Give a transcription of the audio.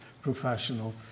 professional